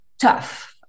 tough